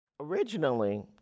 Originally